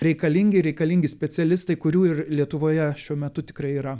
reikalingi ir reikalingi specialistai kurių ir lietuvoje šiuo metu tikrai yra